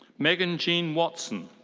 megan jean watson.